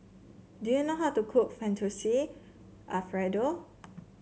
do you know how to cook Fettuccine Alfredo